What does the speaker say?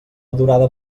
durada